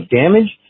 damage